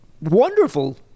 wonderful